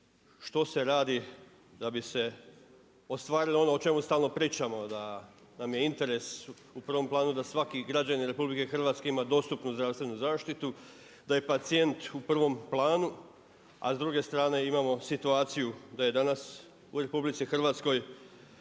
što se radi da bi se ostvarilo ono o čemu stalno pričamo? Da nam je interes u prvom planu da svaki građanin Republike Hrvatske ima dostupnu zdravstvenu zaštitu, da je pacijent u prvom planu, a s druge strane imamo situaciju da je danas u Republici Hrvatskoj